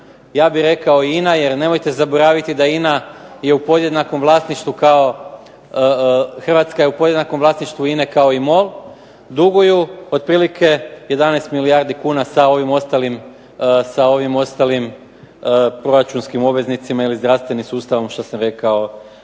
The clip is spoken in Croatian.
zaboraviti da INA je u podjednakom vlasništvu, Hrvatska je u podjednakom vlasništvu INA-e kao i MOL, duguju otprilike 11 milijardi kuna sa ovim ostalim proračunskim obveznicima ili zdravstvenim sustavom što sam rekao